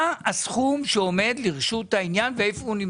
מה הסכום שעומד לרשות העניין ואיפה הוא נמצא?